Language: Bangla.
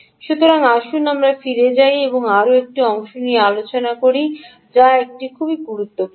সুতরাং আসুন আমরা ফিরে যাই এবং আরও একটি অংশ নিয়ে আলোচনা করি যা খুব গুরুত্বপূর্ণ